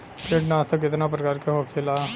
कीटनाशक कितना प्रकार के होखेला?